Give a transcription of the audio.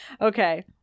Okay